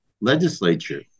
legislature